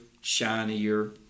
shinier